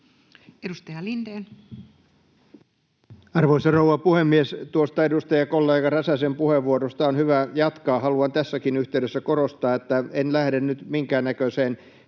18:05 Content: Arvoisa rouva puhemies! Tuosta edustajakollega Räsäsen puheenvuorosta on hyvä jatkaa. Haluan tässäkin yhteydessä korostaa, että en lähde nyt minkään näköiseen